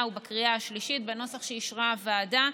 ובקריאה השלישית בנוסח שאישרה הוועדה.